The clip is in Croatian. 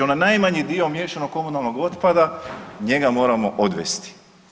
Onaj najmanji dio miješanog komunalnog otpada njega moramo odvesti.